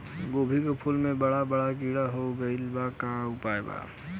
गोभी के फूल मे बड़ा बड़ा कीड़ा हो गइलबा कवन उपाय बा?